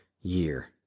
year